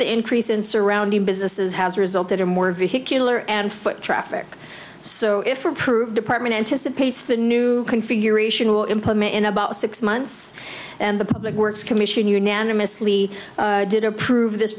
the increase in surrounding businesses has resulted in more vehicular and foot traffic so if approved department anticipates the new configuration will implement in about six months and the public works commission unanimously did approve this